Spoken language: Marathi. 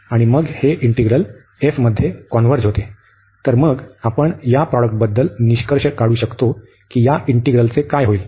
आणि मग हे इंटिग्रल f मध्ये कॉन्व्हर्ज होते तर मग आपण या प्रॉडक्टबद्दल निष्कर्ष काढू शकतो की या इंटिग्रलचे काय होईल